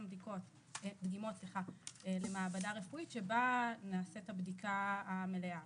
דגימות למעבדה רפואית שבה נעשית הבדיקה המלאה,